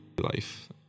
life